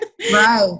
Right